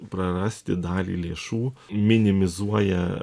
prarasti dalį lėšų minimizuoja